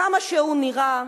כמה שהוא נראה,